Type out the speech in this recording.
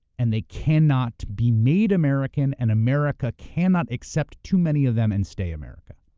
and they cannot be made american, and america cannot accept too many of them and stay america,